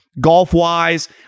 golf-wise